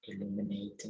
illuminating